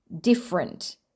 different